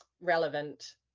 relevant